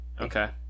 okay